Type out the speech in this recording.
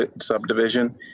subdivision